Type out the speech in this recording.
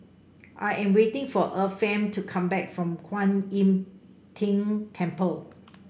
I am waiting for Efrem to come back from Kuan Im Tng Temple